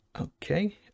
Okay